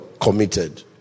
committed